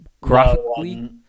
Graphically